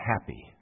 happy